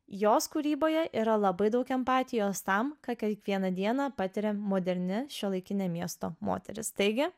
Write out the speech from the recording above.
jos kūryboje yra labai daug empatijos tam ką kiekvieną dieną patiria moderni šiuolaikinė miesto moteris taigi